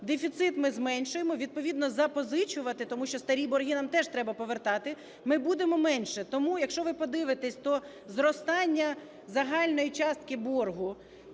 дефіцит ми зменшуємо, відповідно запозичувати, тому що старі борги нам теж треба повертати, ми будемо менше. Тому, якщо ви подивитеся, то зростання загальної частки боргу,